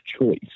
choice